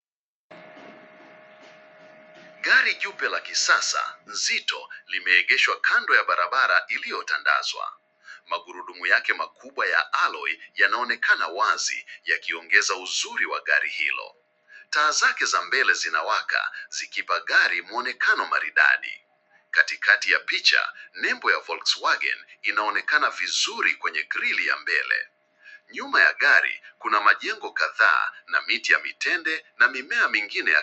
Gari jeupe nzito la kisasa limeegeshwa kando ya barabara iliyotandazwa. Magurudumu yake makubwa ya alloy yanaonekana wazi yakiongeza uzuri ya gari hilo. Taa zake za mbele zinawaka zikiipaa gari muonekano mzuri. Katikati ya picha nembo ya Volkswagen inaonekana vizuri kwenye grill ya mbele. Nyuma ya gari kuna majengo kadhaa na miti ya mitende na miti mingine.